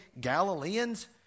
Galileans